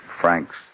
Frank's